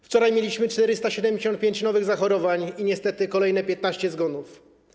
Wczoraj mieliśmy 475 nowych zachorowań i niestety kolejne 15 zgonów.